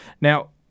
Now